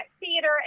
theater